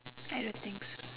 I don't think so